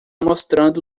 mostrando